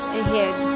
ahead